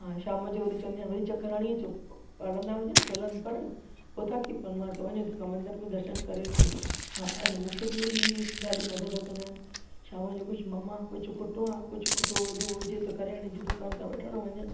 हा शाम जो वरी चवंदी हुआ वरी चकर हणी अचो पढ़ंदा हुजनि सलन पढ़नि पोइ थकी पवनि मां चवांनि जो तंहिंखा मंदर में दर्शन करे अचो हा अन मूंखे बि वरी ॾाढी मदद कंदा आहिनि शाम जो कुझु ममा कुझु खुटो आहे कुछ खुटो वधो हुजे त किराने जी दुकान था वठणु वञनि